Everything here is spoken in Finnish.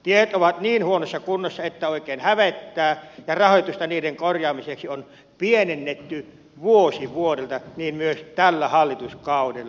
tiet ovat niin huonossa kunnossa että oikein hävettää ja rahoitusta niiden korjaamiseksi on pienennetty vuosi vuodelta niin myös tällä hallituskaudella